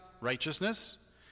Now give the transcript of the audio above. righteousness